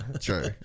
True